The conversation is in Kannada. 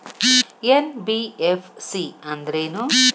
ಎನ್.ಬಿ.ಎಫ್.ಸಿ ಅಂದ್ರೇನು?